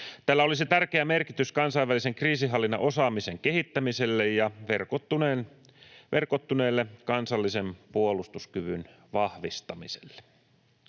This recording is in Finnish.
Tällä olisi tärkeä merkitys kansainvälisen kriisinhallinnan osaamisen kehittämiselle ja verkottuneelle kansallisen puolustuskyvyn vahvistamiselle.